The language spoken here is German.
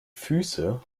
füße